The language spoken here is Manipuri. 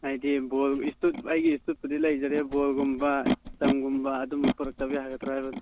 ꯍꯥꯏꯗꯤ ꯕꯣꯜ ꯏꯁꯇꯨꯠ ꯑꯩꯒꯤ ꯏꯁꯇꯨꯠꯄꯨꯗꯤ ꯂꯩꯖꯔꯦ ꯕꯣꯜꯒꯨꯝꯕ ꯏꯁꯇꯝꯒꯨꯝꯕ ꯑꯗꯨꯝꯕ ꯄꯣꯔꯛꯇꯕ ꯌꯥꯒꯗ꯭ꯔ ꯍꯥꯏꯕꯅꯦ